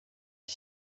est